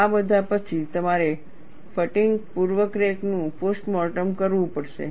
આ બધા પછી તમારે ફટીગ પૂર્વ ક્રેક નું પોસ્ટમોર્ટમ કરવું પડશે